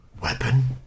weapon